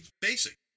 basic